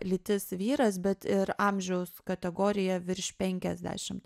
lytis vyras bet ir amžiaus kategorija virš penkiasdešimt